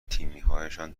همتیمیهایشان